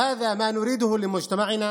בואו נעמוד בעמדה של חברה חכמה,